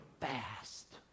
fast